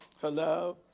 Hello